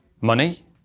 money